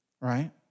right